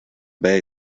bay